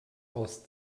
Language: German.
aus